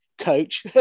coach